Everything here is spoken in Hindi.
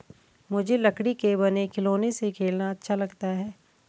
मुझे लकड़ी के बने खिलौनों से खेलना अच्छा लगता है